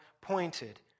pointed